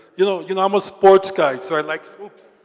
you know you know i'm a sports guy, so i'd like oops.